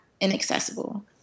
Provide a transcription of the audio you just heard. inaccessible